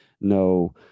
no